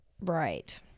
right